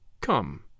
Come